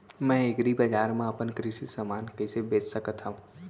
मैं एग्रीबजार मा अपन कृषि समान कइसे बेच सकत हव?